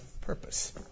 purpose